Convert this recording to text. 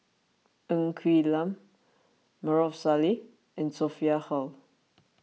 Ng Quee Lam Maarof Salleh and Sophia Hull